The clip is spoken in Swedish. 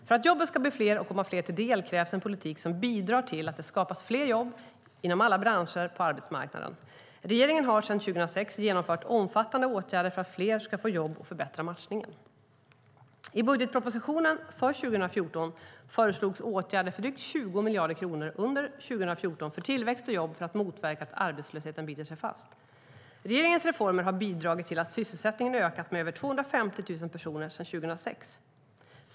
För att jobben ska bli fler och komma fler till del krävs en politik som bidrar till att det skapas fler jobb inom alla branscher på arbetsmarknaden. Regeringen har sedan 2006 genomfört omfattande åtgärder för att fler ska få jobb och för att förbättra matchningen. I budgetpropositionen för 2014 föreslogs åtgärder för drygt 20 miljarder kronor under 2014 för tillväxt och jobb, för att motverka att arbetslösheten biter sig fast. Regeringens reformer har bidragit till att sysselsättningen ökat med över 250 000 personer sedan 2006.